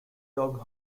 dog